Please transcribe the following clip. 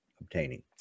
obtaining